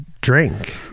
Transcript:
drink